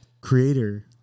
creator